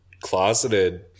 closeted